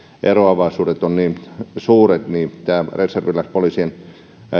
eroavaisuudet ovat niin suuret tämä reserviläispoliisien